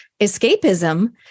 escapism